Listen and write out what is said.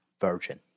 virgin